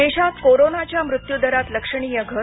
देशात कोरोनाच्या मृत्यू दरात लक्षणीय घट